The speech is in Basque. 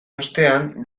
ostean